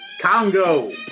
Congo